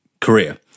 Korea